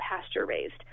pasture-raised